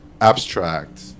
abstract